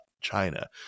China